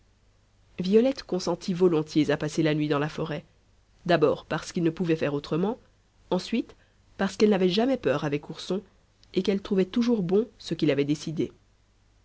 violette consentit volontiers à passer la nuit dans la forêt d'abord parce qu'ils ne pouvaient faire autrement ensuite parce qu'elle n'avait jamais peur avec ourson et qu'elle trouvait toujours bon ce qu'il avait décidé